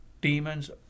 demons